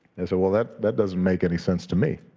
and so well, that that doesn't make any sense to me.